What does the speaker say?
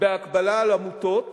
בהגבלה על עמותות